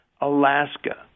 Alaska